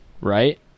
Right